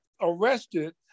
arrested